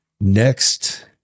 next